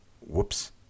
Whoops